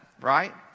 right